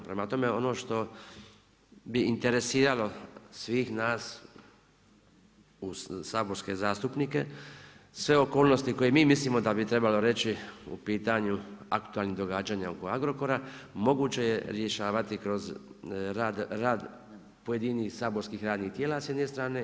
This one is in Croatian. Prema tome, ono što bi interesiralo svih nas saborske zastupnike, sve okolnosti koje mi mislim da bi trebao reći u pitanju aktualnih događanja oko Agrokora, moguće je rješavati kroz rad pojedinih saborskih radnih tijela s jedne strane.